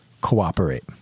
cooperate